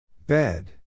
Bed